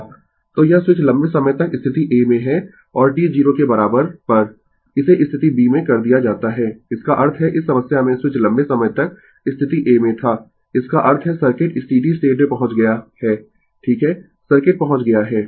तो यह स्विच लंबे समय तक स्थिति a में है और t 0 के बराबर पर इसे स्थिति b में कर दिया जाता है इसका अर्थ है इस समस्या में स्विच लंबे समय तक स्थिति a में था इसका अर्थ है सर्किट स्टीडी स्टेट में पहुंच गया है ठीक है सर्किट पहुंच गया है